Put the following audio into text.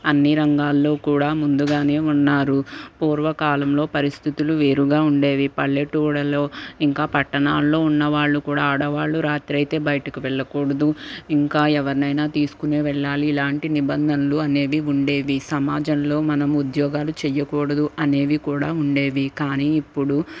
అన్ని రంగాల్లో కూడా ముందుగానే ఉన్నారు పూర్వకాలంలో పరిస్థితులు వేరుగా ఉండేవి పల్లెటూర్లలో ఇంకా పట్టణాల్లో ఉన్న వాళ్ళు కూడా ఆడవాళ్లు రాత్రి అయితే బయటకు వెళ్ళకూడదు ఇంకా ఎవరినైనా తీసుకుని వెళ్ళాలి ఇలాంటి నిబంధనలు అనేవి ఉండేవి సమాజంలో మనం ఉద్యోగాలు చేయకూడదు అనేవి కూడా ఉండేవి కానీ ఇప్పుడు